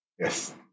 Yes